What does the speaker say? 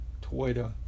Twitter